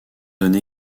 donne